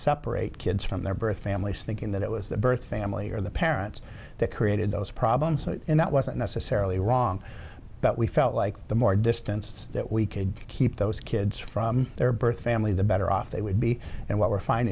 separate kids from their birth families thinking that it was the birth family or the parents that created those problems and that wasn't necessarily wrong but we felt like the more distance that we could keep those kids from their birth family the better off they would be and what we're fin